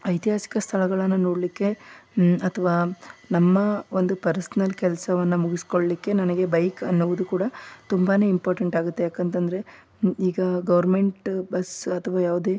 ಐತಿಹಾಸಿಕ ಸ್ಥಳಗಳನ್ನು ನೋಡಲಿಕ್ಕೆ ಅಥವಾ ನಮ್ಮ ಒಂದು ಪರ್ಸ್ನಲ್ ಕೆಲಸವನ್ನ ಮುಗಿಸಿಕೊಳ್ಲಿಕ್ಕೆ ನನಗೆ ಬೈಕ್ ಅನ್ನೋದು ಕೂಡ ತುಂಬಾ ಇಂಪಾರ್ಟೆಂಟ್ ಆಗುತ್ತೆ ಯಾಕಂತಂದರೆ ಈಗ ಗೌರ್ಮೆಂಟ್ ಬಸ್ ಅಥವಾ ಯಾವುದೇ